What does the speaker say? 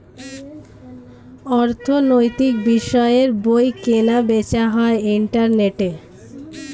অর্থনৈতিক বিষয়ের বই কেনা বেচা হয় ইন্টারনেটে